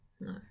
No